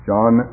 John